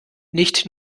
nicht